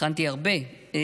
הכנתי הרבה.